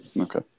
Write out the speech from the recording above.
Okay